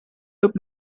look